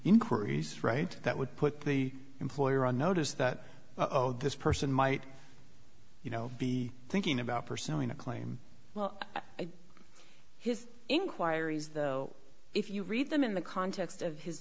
inquiries right that would put the employer on notice that oh this person might you know be thinking about pursuing a claim well his inquiries though if you read them in the context of his